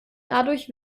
dadurch